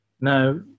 Now